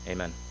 Amen